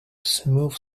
smooth